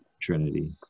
Trinity